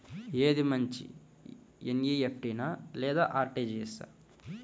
ఏది మంచి ఎన్.ఈ.ఎఫ్.టీ లేదా అర్.టీ.జీ.ఎస్?